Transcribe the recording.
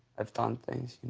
i've done things, you know.